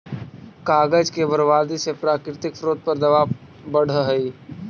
कागज के बर्बादी से प्राकृतिक स्रोत पर दवाब बढ़ऽ हई